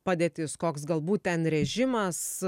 padėtis koks galbūt ten režimas